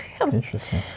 Interesting